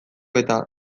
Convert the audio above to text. eta